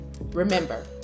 Remember